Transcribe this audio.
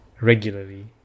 regularly